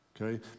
Okay